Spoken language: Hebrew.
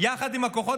יחד עם הכוחות,